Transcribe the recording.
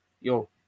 yo